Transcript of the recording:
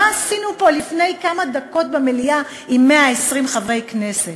מה עשינו לפני כמה דקות פה במליאה עם 120 חברי הכנסת?